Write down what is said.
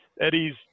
Eddie's